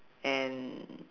and